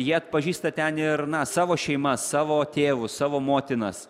jie atpažįsta ten ir na savo šeimas savo tėvus savo motinas